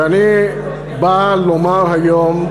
ואני בא לומר היום,